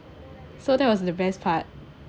so that was the best part